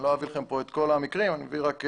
אני לא אביא לכם כאן את כל המקרים אלא רק דוגמאות.